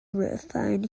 refined